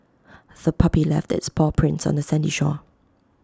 the puppy left its paw prints on the sandy shore